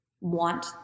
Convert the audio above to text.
want